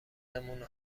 نمونه